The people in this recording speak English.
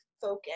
focus